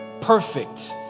perfect